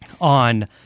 on